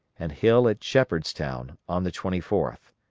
and hill at shepherdstown, on the twenty fourth.